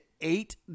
eight